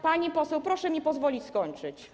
Pani poseł, proszę mi pozwolić skończyć.